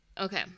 Okay